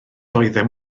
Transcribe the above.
oeddem